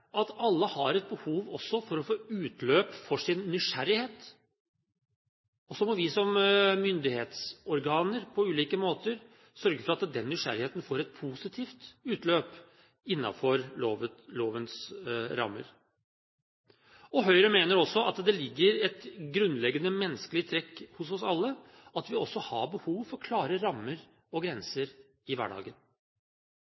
at alle har et behov også for å få utløp for sin nysgjerrighet. Og så må vi som myndighetsorganer på ulike måter sørge for at den nysgjerrigheten får et positivt utløp innenfor lovens rammer. Høyre mener også at det ligger et grunnleggende menneskelig trekk hos oss alle at vi også har behov for klare rammer og grenser